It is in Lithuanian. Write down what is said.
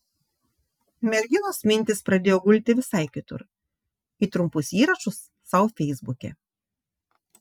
merginos mintys pradėjo gulti visai kitur į trumpus įrašus sau feisbuke